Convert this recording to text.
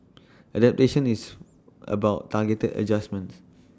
adaptation is about targeted adjustments